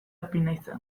apinaizen